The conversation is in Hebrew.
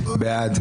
מי נגד?